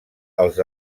els